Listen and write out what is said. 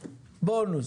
בונוס.